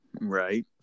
Right